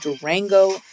Durango